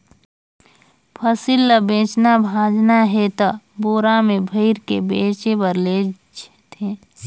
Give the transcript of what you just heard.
फसिल ल बेचना भाजना हे त बोरा में भइर के बेचें बर लेइज थें